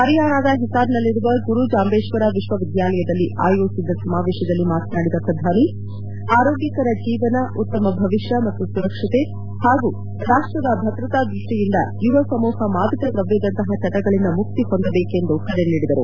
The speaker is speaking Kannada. ಪರಿಯಾಣದ ಹಿಸಾರ್ನಲ್ಲಿರುವ ಗುರು ಜಾಂಬೇಶ್ವರ ವಿಶ್ವವಿದ್ಯಾಲಯದಲ್ಲಿ ಆಯೋಜಿಸಿದ್ದ ಸಮಾವೇಶದಲ್ಲಿ ಮಾತನಾಡಿದ ಪ್ರಧಾನಿ ಆರೋಗ್ಗಕರ ಜೀವನ ಉತ್ತಮ ಭವಿಷ್ನ ಮತ್ತು ಸುರಕ್ಷತೆ ಹಾಗೂ ರಾಷ್ನದ ಭದ್ರತಾ ದ್ರಷ್ಲಿಯಿಂದ ಯುವ ಸಮೂಪ ಮಾದಕ ದ್ರವ್ಯದಂತಹ ಚಟಗಳಿಂದ ಮುಕ್ತಿ ಹೊಂದಬೇಕು ಎಂದು ಕರೆ ನೀಡಿದರು